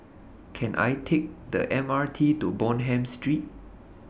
Can I Take The M R T to Bonham Street